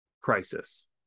crisis